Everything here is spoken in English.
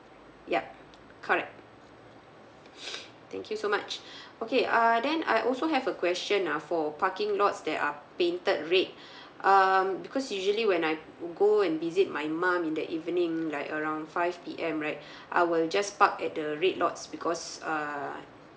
yup correct thank you so much okay err then I also have a question ah for parking lots that are painted red um because usually when I go and visit my mum in the evening like around five P_M right I will just park at the red lots because err